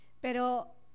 pero